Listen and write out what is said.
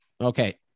Okay